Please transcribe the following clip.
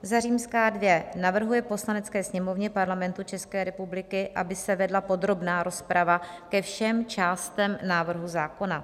II. navrhuje Poslanecké sněmovně Parlamentu České republiky, aby se vedla podrobná rozprava ke všem částem návrhu zákona;